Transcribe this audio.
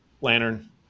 Lantern